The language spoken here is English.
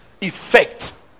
effect